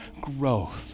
growth